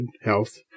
health